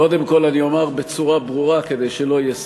קודם כול, אני אומר בצורה ברורה כדי שלא יהיה ספק: